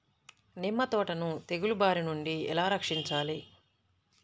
నిమ్మ తోటను తెగులు బారి నుండి ఎలా రక్షించాలి?